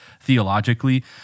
theologically